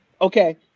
Okay